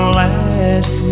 last